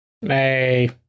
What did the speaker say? Hey